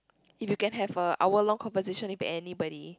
if you can have a hour long conversation with anybody